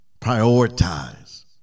prioritize